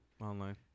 Online